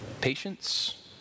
patience